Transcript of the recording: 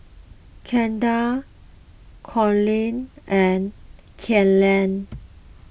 Kendall Cornel and Kaela